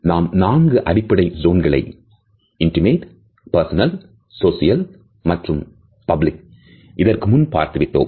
நாம் நான்கு அடிப்படை ஜோன்களை இன் டிமேட் பர்சனல் சோசியல் மற்றும் பப்ளிக் இதற்குமுன் பார்த்துவிட்டோம்